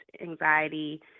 anxiety